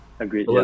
Agreed